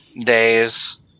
days